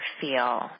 feel